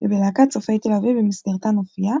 ובלהקת צופי תל אביב במסגרתן הופיעה,